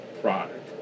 product